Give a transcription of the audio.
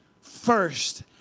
first